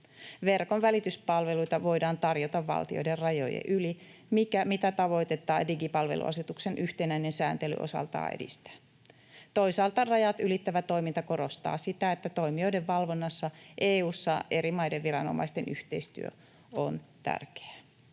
Verkon välityspalveluita voidaan tarjota valtioiden rajojen yli, mitä tavoitetta digipalveluasetuksen yhtenäinen sääntely osaltaan edistää. Toisaalta rajat ylittävä toiminta korostaa sitä, että toimijoiden valvonnassa EU:ssa eri maiden viranomaisten yhteistyö on tärkeää.